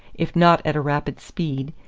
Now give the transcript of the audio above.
if not at a rapid speed,